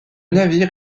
navire